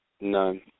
None